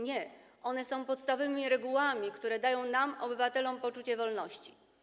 Nie, one są podstawowymi regułami, które dają nam, obywatelom, poczucie wolności.